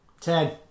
Ten